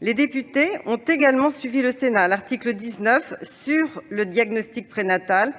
Les députés ont également suivi le Sénat à l'article 19 sur le diagnostic prénatal